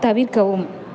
தவிர்க்கவும்